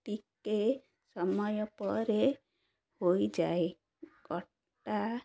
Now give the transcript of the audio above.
ଟିକେ ସମୟ ପରେ ହୋଇଯାଏ କଟା